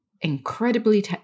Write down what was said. incredibly